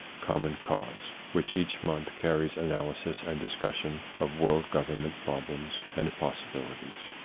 common cause, which each month carries analysis and discussion of world government problems and possibilities.